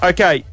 Okay